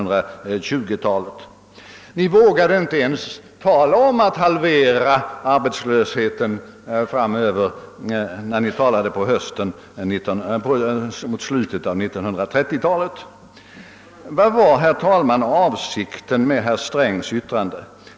För övrigt var arbetslösheten enligt tillgängliga siffror ungefär lika stor mot slutet av 1930-talet som den hade varit mot slutet av 1920-talet under borgerliga regeringar. Vad var då, herr talman, avsikten med herr Strängs yttrande i dag?